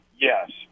Yes